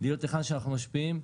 להיות היכן שאנחנו משפיעים.